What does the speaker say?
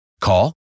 Call